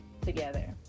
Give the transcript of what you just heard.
together